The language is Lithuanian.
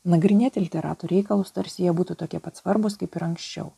nagrinėti literatų reikalus tarsi jie būtų tokie pat svarbūs kaip ir anksčiau